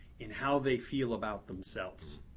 in how they feel about themselves.